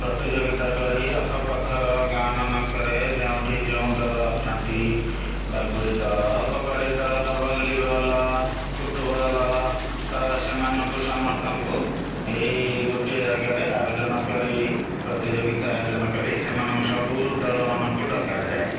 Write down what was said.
ପ୍ରତିଯୋଗିତା କରି ଆଖ ପାଖର ଗାଁମାନଙ୍କରେ ଯେଉଁଠି ଯେଉଁ ଦଳ ଅଛନ୍ତି ବାଗୁଡ଼ି ଦଳ କବାଡ଼ି ଦଳ ଭଲିବଲ୍ ଫୁଟବଲ୍ ତ ସେମାନଙ୍କୁ ସମସ୍ତଙ୍କୁ ଏଇ ଗୋଟିଏ ଜାଗାରେ ଆୟୋଜନ କରି ପ୍ରତିଯୋଗିତା ଆୟୋଜନ କରି ସେମାନଙ୍କୁ ସବୁ ଦଳମାନଙ୍କୁ ଡକାଯାଏ